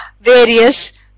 various